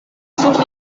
sur